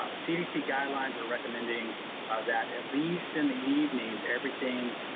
cdc guidelines are recommending that at least in the evenings, everything,